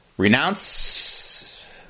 Renounce